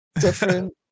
different